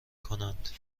کنند